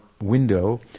window